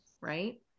right